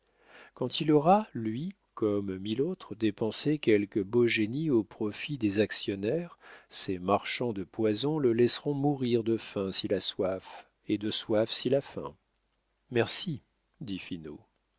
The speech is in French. quand il aura lui comme mille autres dépensé quelque beau génie au profit des actionnaires ces marchands de poison le laisseront mourir de faim s'il a soif et de soif s'il a faim merci dit